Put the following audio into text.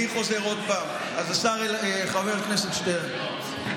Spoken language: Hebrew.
אני חוזר עוד פעם: חבר הכנסת שטרן,